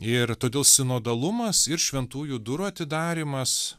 ir todėl sinodalumas ir šventųjų durų atidarymas